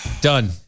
Done